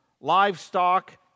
livestock